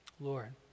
Lord